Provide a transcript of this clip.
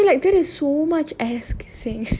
ya I feel like that is so much ass kissing